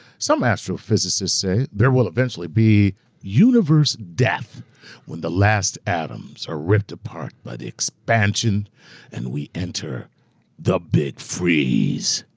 some astrophysicists say there will eventually be universe death when the last atoms are ripped apart by the expansion and we enter the big freeze.